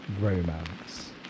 romance